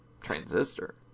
Transistor